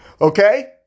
Okay